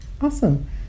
Awesome